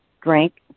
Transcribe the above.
drink